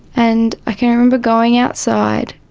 and i can remember going outside,